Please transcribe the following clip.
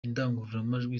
indangururamajwi